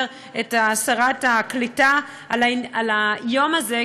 את חבר הכנסת עודד פורר ואת שרת הקליטה על היום הזה,